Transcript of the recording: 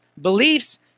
beliefs